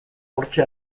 hortxe